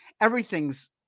Everything's